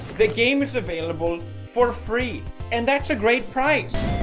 the game is available for free and that's a great price